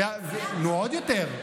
נו, עוד יותר.